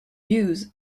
use